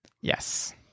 Yes